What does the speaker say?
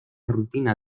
rutina